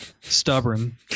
stubborn